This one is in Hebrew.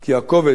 ברשת